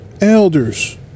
elders